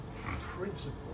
principle